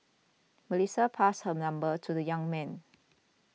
Melissa passed her number to the young man